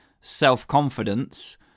self-confidence